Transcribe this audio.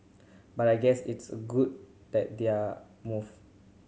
but I guess it's good that they are move